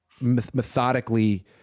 methodically